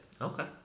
okay